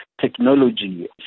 technology